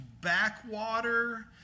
backwater